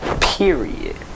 period